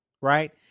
Right